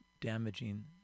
damaging